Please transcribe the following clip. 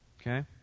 Okay